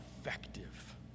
effective